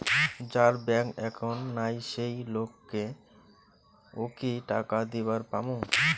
যার bank account নাই সেই লোক কে ও কি টাকা দিবার পামু?